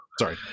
sorry